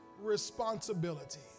responsibility